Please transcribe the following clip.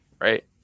right